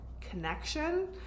connection